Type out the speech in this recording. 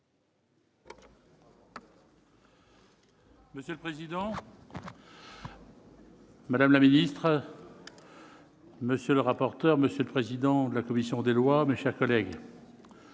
Monsieur le président, madame la ministre, monsieur le rapporteur, monsieur le président de la commission des lois, mes chers collègues,